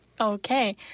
Okay